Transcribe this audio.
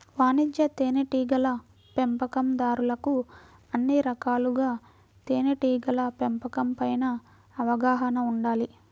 వాణిజ్య తేనెటీగల పెంపకందారులకు అన్ని రకాలుగా తేనెటీగల పెంపకం పైన అవగాహన ఉండాలి